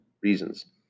reasons